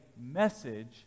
message